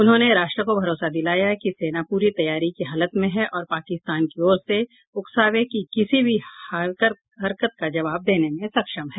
उन्होंने राष्ट्र को भरोसा दिलाया कि सेना पूरी तरह तैयारी की हालत में है और पाकिस्तान की ओर से उकसावे की किसी भी हरकत का जवाब देने में सक्षम है